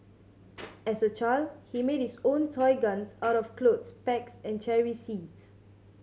as a child he made his own toy guns out of clothes pegs and cherry seeds